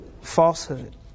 falsehood